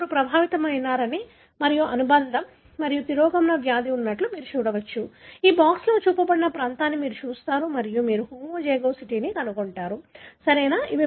నలుగురు ప్రభావితమయ్యారని మరియు అనుబంధం తిరోగమన వ్యాధి ఉన్నట్లు మీరు చూడవచ్చు మరియు బాక్స్తో చూపబడిన ప్రాంతాన్ని మీరు చూస్తారు మరియు మీరు హోమోజైగోసిటీని కనుగొంటారు సరియైనదా